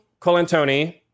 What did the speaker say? Colantoni